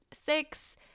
Six